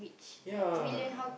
ya